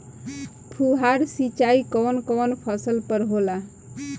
फुहार सिंचाई कवन कवन फ़सल पर होला?